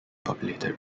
populated